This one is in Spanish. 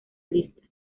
lista